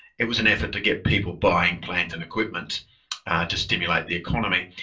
it was an effort to get people buying plant and equipment to stimulate the economy.